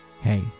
hey